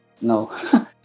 no